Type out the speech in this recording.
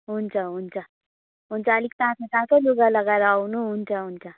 हुन्छ हुन्छ अलिक तातो तातो लुगा लगाएर आउनु हुन्छ हुन्चछ